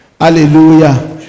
Hallelujah